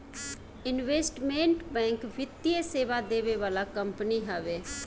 investment bank वित्तीय सेवा देवे वाला कंपनी हवे